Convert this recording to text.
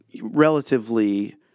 relatively